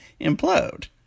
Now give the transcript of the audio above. implode